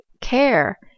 care